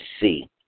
see